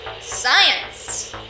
science